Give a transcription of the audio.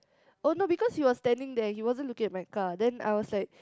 oh no because he was standing there he wasn't looking at my car then I was like